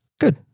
good